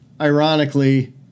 Ironically